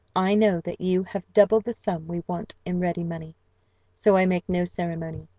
i know that you have double the sum we want in ready money so i make no ceremony.